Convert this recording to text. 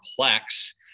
complex